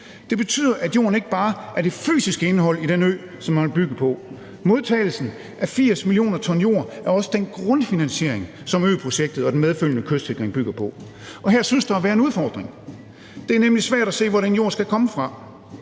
Det betyder, at jorden ikke bare er det fysiske indhold i den ø, som man vil bygge på. Modtagelsen af 80 mio. t jord er også den grundfinansiering, som øprojektet og den medfølgende kystsikring bygger på, og her synes der at være en udfordring. Det er nemlig svært at se, hvor den jord skal komme fra.